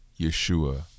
Yeshua